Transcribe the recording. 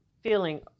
feeling